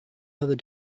other